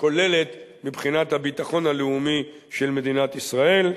הכוללת מבחינת הביטחון הלאומי של מדינת ישראל.